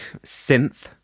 synth